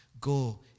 go